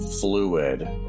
fluid